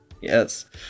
Yes